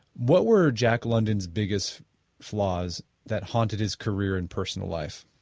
what were jack london's biggest flaws that haunted his career and personal life?